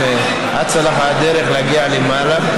אם אצה לך הדרך להגיע למעלה.